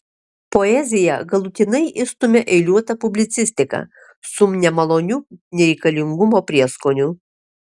poeziją galutinai išstumia eiliuota publicistika su nemaloniu nereikalingumo prieskoniu